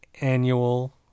annual